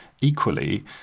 equally